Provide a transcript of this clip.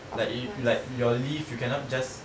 like you like your leave you cannot just